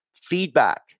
Feedback